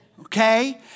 okay